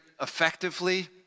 effectively